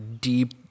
deep